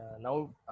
Now